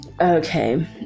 okay